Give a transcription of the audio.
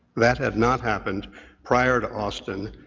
that had not happened prior to austin.